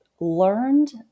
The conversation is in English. learned